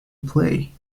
play